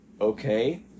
Okay